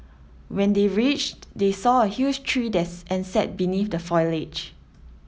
when they reached they saw a huge tree and sat beneath the foliage